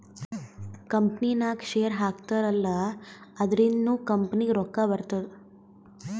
ಕಂಪನಿನಾಗ್ ಶೇರ್ ಹಾಕ್ತಾರ್ ಅಲ್ಲಾ ಅದುರಿಂದ್ನು ಕಂಪನಿಗ್ ರೊಕ್ಕಾ ಬರ್ತುದ್